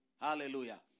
Hallelujah